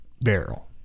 barrel